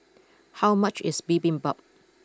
how much is Bibimbap